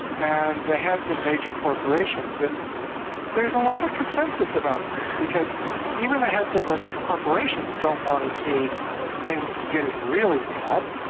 and the heads of major corporations, and there's a lot of consensus about this, because even the heads of the corporations don't want to see things getting really bad,